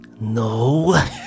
No